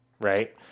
right